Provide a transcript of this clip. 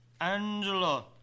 Angela